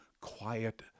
quiet